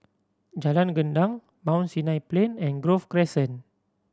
Jalan Gendang Mount Sinai Plain and Grove Crescent